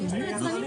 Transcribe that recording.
אדוני, יצרנים